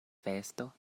festo